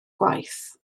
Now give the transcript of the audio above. gwaith